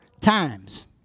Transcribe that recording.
times